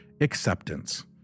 acceptance